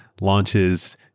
launches